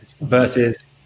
versus